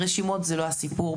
רשימות זה לא הסיפור.